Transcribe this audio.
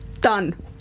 Done